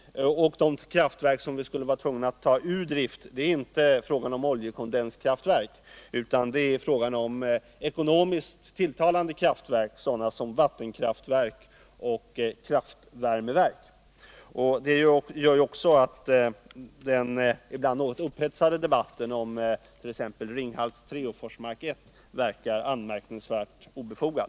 De kraftverk som vi skulle vara tvungna att ta ur drift är inte oljekondenskraftverk utan ekonomiskt tilltalande kraftverk som vattenkraftverk och kraftvärmeverk. Detta gör att den ibland upphetsade debatten om t.ex. Ringhals 3 och Forsmark 1 verkar anmärkningsvärt obefogad.